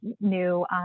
new